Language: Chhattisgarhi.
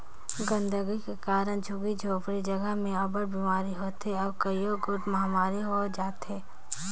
गंदगी कर कारन झुग्गी झोपड़ी जगहा में अब्बड़ बिमारी होथे अउ कइयो गोट महमारी होए जाथे